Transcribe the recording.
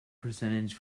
percentage